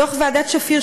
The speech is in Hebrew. דוח ועדת שפיר,